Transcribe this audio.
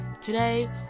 Today